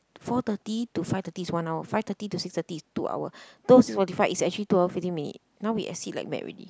four thirty to five thirty is one hour five thirty to six thirty is two hour is actually two hour fifteen minute now we exceed like mad already